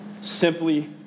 Simply